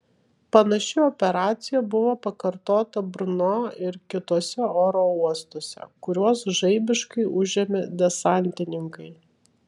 panaši operacija buvo pakartota brno ir kituose oro uostuose kuriuos žaibiškai užėmė desantininkai